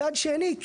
מצד שני,